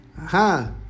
aha